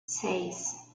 seis